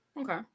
Okay